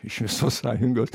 iš visos sąjungos